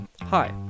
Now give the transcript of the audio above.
Hi